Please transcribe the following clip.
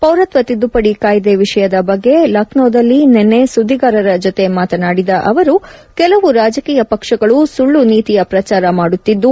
ಪೌರತ್ವ ತಿದ್ಲುಪಡಿ ಕಾಯ್ದೆ ವಿಷಯದ ಬಗ್ಗೆ ಲಕ್ನೋದಲ್ಲಿ ನಿನ್ನೆ ಸುದ್ಗಿಗಾರರ ಜತೆ ಮಾತನಾಡಿದ ಅವರು ಕೆಲವು ರಾಜಕೀಯ ಪಕ್ಷಗಳು ಸುಳ್ದ ನೀತಿಯ ಪ್ರಚಾರ ಮಾಡುತ್ತಿದ್ದು